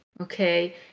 okay